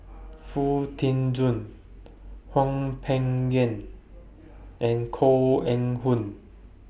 Foo Tee Jun Hwang Peng Yuan and Koh Eng Hoon